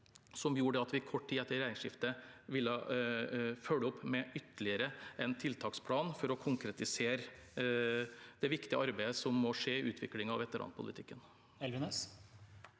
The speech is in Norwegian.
Det gjorde at vi kort tid etter regjeringsskiftet ville følge opp med ytterligere en tiltaksplan for å konkretisere det viktige arbeidet som må skje i utviklingen av veteranpolitikken. Hårek